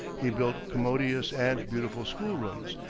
he built commodious and beautiful school-rooms,